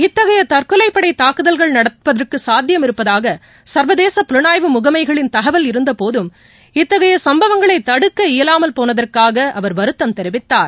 இத்தகைய தற்கொலைப்படைத் தாக்குதல்கள் நடப்பதற்கு சாத்தியம் இருப்பதாக ச்வதேச புலனாய்வு முகமைகளின் தகவல்கள் இருந்தபோதும் இத்தகைய சம்பவங்களை தடுக்க இயலாமல் போனதற்காக அவர் வருத்தம் தெரிவித்தார்